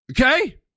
okay